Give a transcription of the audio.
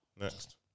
Next